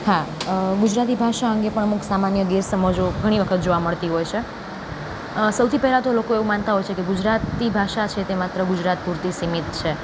હા ગુજરાતી ભાષા અંગે પણ અમુક સામાન્ય ગેરસમજો ઘણી વખત જોવા મળતી હોય છે સૌથી પહેલાં તો લોકો એવું માનતા હોય છે કે ગુજરાતી ભાષા છે તે માત્ર ગુજરાત પૂરતી સીમિત છે